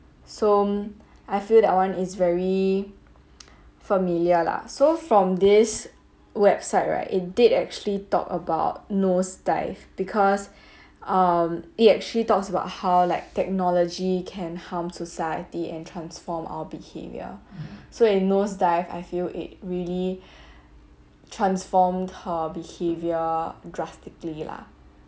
so I feel that one is very familiar lah so from this website right it did actually talk about nose dive because um it actually talks about how like technology can harm society and transform our behaviour so in nose dive I feel it really transformed her behaviour drastically lah